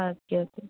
uh okay okay